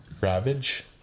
Ravage